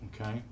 okay